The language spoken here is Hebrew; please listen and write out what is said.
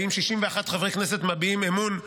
ואם 61 חברי כנסת מביעים אמון,